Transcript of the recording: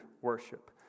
worship